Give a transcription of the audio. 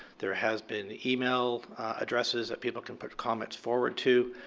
there has been e mail addresses that people can put comments forward to.